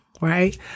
right